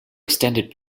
extended